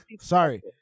Sorry